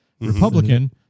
Republican